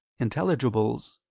intelligibles